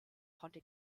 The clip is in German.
konnte